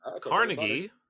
Carnegie